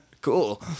Cool